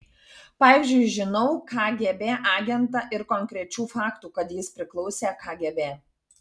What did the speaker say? pavyzdžiui žinau kgb agentą ir konkrečių faktų kad jis priklausė kgb